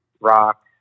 rock